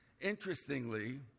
Interestingly